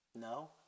No